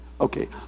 Okay